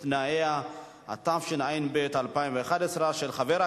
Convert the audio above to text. אכן, אדוני השר, חברי